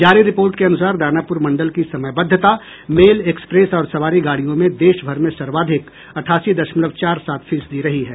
जारी रिपोर्ट के अनुसार दानापुर मंडल की समयबद्धता मेल एक्सप्रेस और सवारी गाड़ियों में देश भर में सर्वाधिक अट्ठासी दशमलव चार सात फीसदी रही है